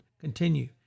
continue